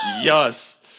Yes